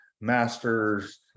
Masters